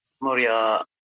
moria